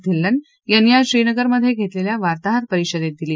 धिल्लन यांनी आज श्रीनगरमध्ये घेतलेल्या वार्ताहर परिषदेत दिली